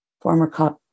former